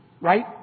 Right